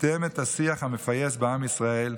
וקידם את השיח המפייס בעם ישראל.